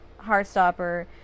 Heartstopper